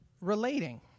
relating